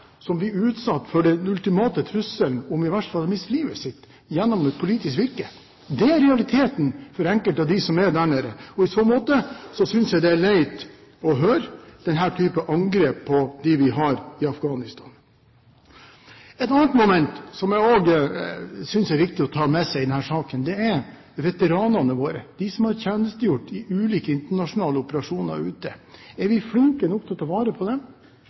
som blir utsatt for den ultimate trusselen om i verste fall å miste livet sitt gjennom et politisk virke. Det er realiteten for enkelte av dem som er der nede. I så måte synes jeg det er leit å høre denne type angrep på dem vi har i Afghanistan. Et annet moment som jeg også synes er viktig å ta med seg i denne saken, er veteranene våre, de som har tjenestegjort i ulike internasjonale operasjoner ute. Er vi flinke nok til å ta vare på dem?